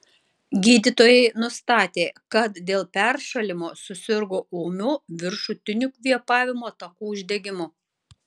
gydytojai nustatė kad dėl peršalimo susirgo ūmiu viršutinių kvėpavimo takų uždegimu